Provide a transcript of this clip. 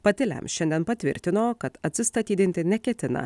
pati lem šiandien patvirtino kad atsistatydinti neketina